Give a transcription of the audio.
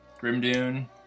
Grimdune